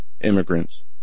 immigrants